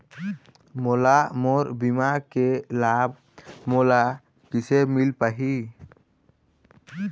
मोला मोर बीमा के लाभ मोला किसे मिल पाही?